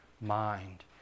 mind